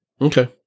Okay